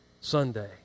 Sunday